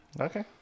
okay